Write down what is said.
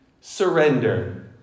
surrender